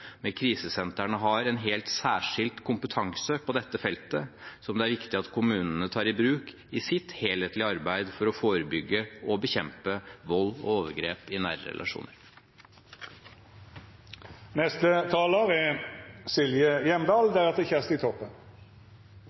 har en helt særskilt kompetanse på dette feltet som det er viktig at kommunene tar i bruk i sitt helhetlige arbeid for å forebygge og bekjempe vold og overgrep i nære